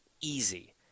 easy